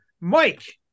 Mike